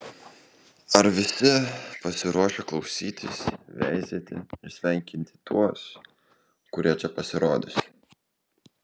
ar visi pasiruošę klausytis veizėti ir sveikinti tuos kurie čia pasirodys